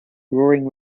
roaring